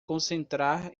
concentrar